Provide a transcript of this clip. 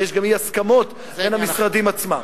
ויש גם אי-הסכמות בין המשרדים עצמם.